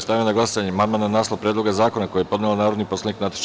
Stavljam na glasanje amandman na naslov Predloga zakona koji je podnela narodni poslanik Nataša Sp.